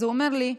ואז הוא אמר לי: